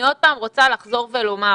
אני עוד פעם רוצה לחזור ולומר,